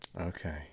Okay